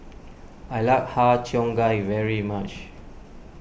I like Har Cheong Gai very much